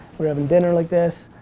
were having dinner like this,